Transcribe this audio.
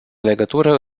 legătură